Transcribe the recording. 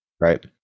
right